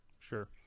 Sure